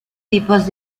tipos